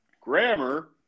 grammar